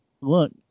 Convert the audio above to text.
look